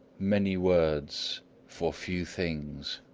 many words for few things!